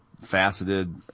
faceted